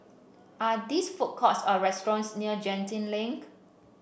are these food courts or restaurants near Genting Link